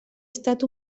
estat